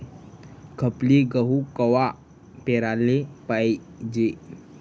खपली गहू कवा पेराले पायजे?